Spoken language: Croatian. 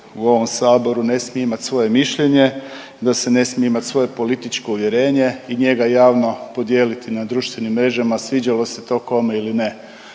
u ovom saboru ne smije imat svoje mišljenje i da se ne smije imat svoje političko uvjerenje i njega javno podijeliti na društvenim mrežama sviđalo se to kome ili ne,